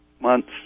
months